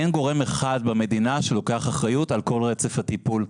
אין גורם אחד במדינה שלוקח אחריות על כל רצף הטיפול.